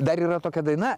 dar yra tokia daina